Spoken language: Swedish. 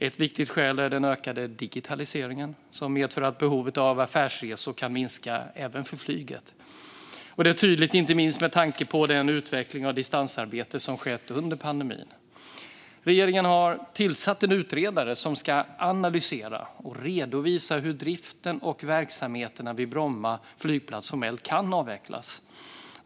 Ett viktigt skäl är den ökade digitaliseringen, som medför att behovet av affärsresor kan minska, även för flyget. Detta är tydligt, inte minst med tanke på den utveckling av distansarbete som skett under pandemin. Regeringen har tillsatt en utredare som ska analysera och redovisa hur driften och verksamheterna vid Bromma flygplats formellt kan avvecklas.